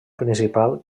principal